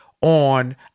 on